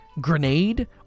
grenade